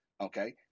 okay